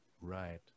Right